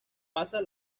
pasa